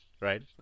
right